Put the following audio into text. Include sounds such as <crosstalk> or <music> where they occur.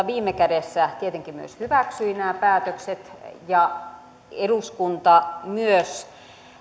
<unintelligible> viime kädessä tietenkin myös hyväksyi nämä päätökset ja eduskunta myös